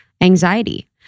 anxiety